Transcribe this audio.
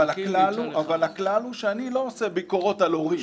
אבל הכלל הוא שאני לא עושה ביקורות על הורים.